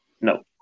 No